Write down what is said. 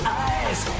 eyes